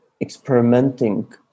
experimenting